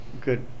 Good